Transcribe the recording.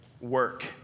work